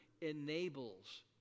enables